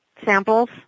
Samples